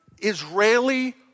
Israeli